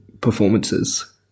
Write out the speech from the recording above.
performances